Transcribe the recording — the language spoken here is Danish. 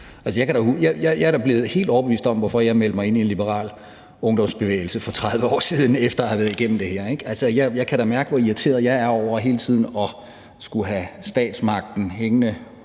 Jeg er da blevet helt overbevist om, hvorfor jeg meldte mig ind i en liberal ungdomsbevægelse for 30 år siden, efter at have været igennem det her, ikke? Jeg kan da mærke, hvor irriteret jeg er over hele tiden at skulle have statsmagten hængende